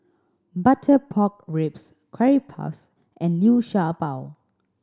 butter pork ribs curry puffs and Liu Sha Bao